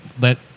let